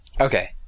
Okay